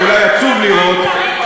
אני אולי עצוב לראות,